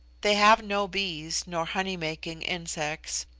they have no bees nor honey-making insects,